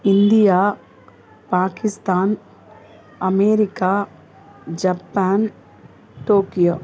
India Pakistan America Japan Tokyo